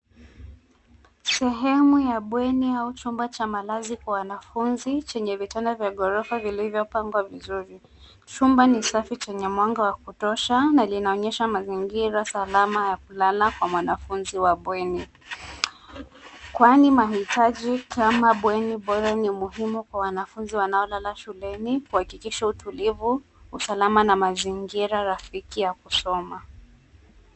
Sehemu ya bweni au chumba cha malazi kwa wanafunzi chenye vitanda vya ghorofa vilivyopangwa vizuri. Chumba ni safi chenye mwanga wa kutosha na linaonyesha mazingira salama ya kulala kwa mwanafunzi wa bweni kwani mahitaji kama bweni bora ni muhimu kwa wanafunzi wanaolala shuleni kuhakikisha utulivu, usalama na mazingira rafiki ya kusoma.